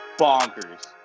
bonkers